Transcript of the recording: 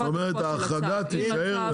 זאת אומרת שההחרגה תישאר.